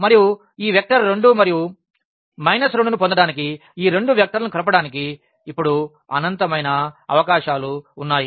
మరియు ఈ వెక్టర్ 2 మరియు మైనస్ 2 ను పొందడానికి ఈ రెండు వెక్టర్లను కలపడానికి ఇప్పుడు అనంతమైన అవకాశాలు ఉన్నాయి